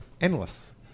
Endless